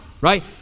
right